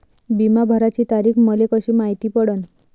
बिमा भराची तारीख मले कशी मायती पडन?